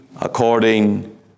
according